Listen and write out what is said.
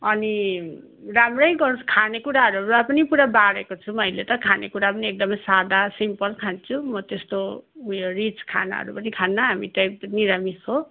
अनि राम्रै गर खाने कुराहरू र पनि पुरा बारेको छु मैले त खाने कुरा पनि एकदमै सादा सिम्पल खान्छु म त्यस्तो उयो रिच खानाहरू पनि खान्न हामी त एकदम निरामिस हो